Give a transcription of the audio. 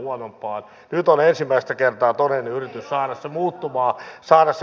nyt on ensimmäistä kertaa todellinen yritys saada se muuttumaan